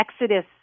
exodus